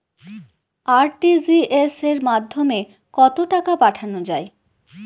RTGS এর মাধ্যমে কত টাকা পাঠানো যায়?